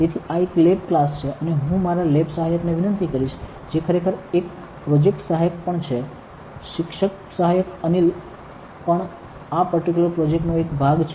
તેથી આ એક લેબ ક્લાસ છે અને હું મારા લેબ સહાયકને વિનંતી કરીશ જે ખરેખર એક પ્રોજેક્ટ સહાયક પણ છે શિક્ષણ સહાયક અનિલ પણ આ પર્ટીક્યુલર પ્રોજેક્ટ નો એક ભાગ છે